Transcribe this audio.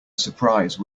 surprise